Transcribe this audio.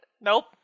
Nope